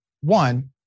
One